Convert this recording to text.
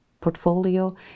portfolio